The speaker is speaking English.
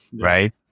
right